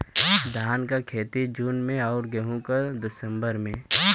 धान क खेती जून में अउर गेहूँ क दिसंबर में?